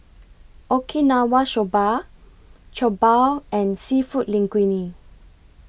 Okinawa Soba Jokbal and Seafood Linguine